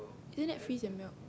isn't that freeze and melt